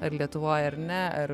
ar lietuvoj ar ne ar